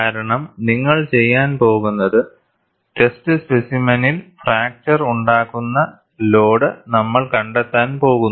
കാരണം നിങ്ങൾ ചെയ്യാൻ പോകുന്നത് ടെസ്റ്റ് സ്പെസിമെനിൽ ഫ്രാക്ചർ ഉണ്ടാകുന്ന ലോഡ് നമ്മൾ കണ്ടെത്താൻ പോകുന്നു